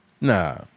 Nah